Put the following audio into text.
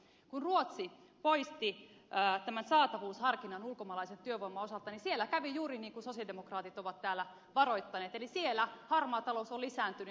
kun ruotsi poisti saatavuusharkinnan ulkomaalaisen työvoiman osalta siellä kävi juuri niin kuin sosialidemokraatit ovat täällä varoittaneet eli siellä harmaa talous on lisääntynyt